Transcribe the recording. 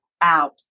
out